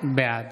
בעד